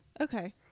Okay